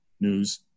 News